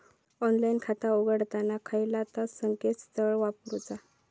Online खाता उघडताना खयला ता संकेतस्थळ वापरूचा?